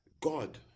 God